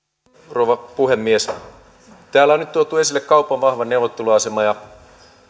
rouva puhemies kun täällä on nyt tuotu esille kaupan vahva neuvotteluasema ja